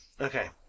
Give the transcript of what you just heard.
Okay